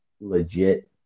legit